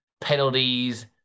Penalties